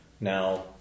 now